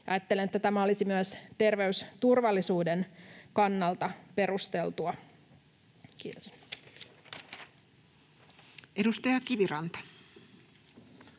Ajattelen, että tämä olisi myös terveysturvallisuuden kannalta perusteltua. — Kiitos. [Speech 106]